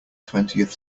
twentieth